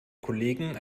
kollegen